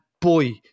boy